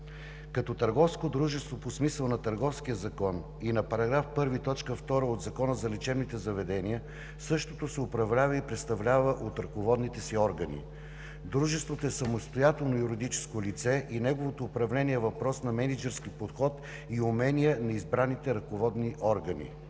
Като търговско дружество по смисъла на Търговския закон и на § 1, т. 2 от Закона за лечебните заведения същото се управлява и представлява от ръководните си органи. Дружеството е самостоятелно юридическо лице и неговото управление е въпрос на мениджърски подход и умения на избраните ръководни органи,